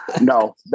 No